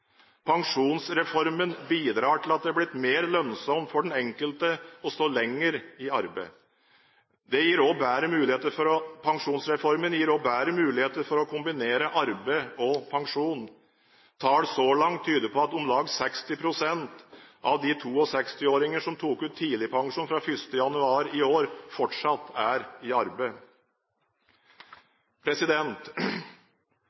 Pensjonsreformen bidrar til at det er blitt mer lønnsomt for den enkelte å stå lenger i arbeid. Pensjonsreformen gir også bedre muligheter for å kombinere arbeid og pensjon. Tall så langt tyder på at om lag 60 pst. av de 62-åringene som tok ut tidligpensjon fra l. januar i år, fortsatt er i